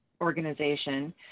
organization